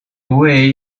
way